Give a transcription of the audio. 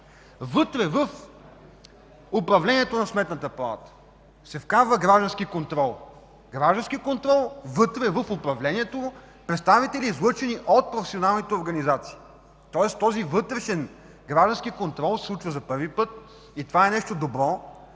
вътре в управлението на Сметната палата се вкарва граждански контрол. Граждански контрол вътре в управлението му – представители излъчени от професионалните организации, тоест този вътрешен граждански контрол се случва за първи път и това е нещо добро,